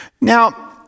Now